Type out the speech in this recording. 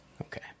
Okay